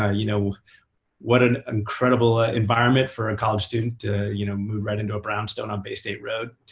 ah you know what an incredible environment for a college student to you know move right into a brownstone on bay state road.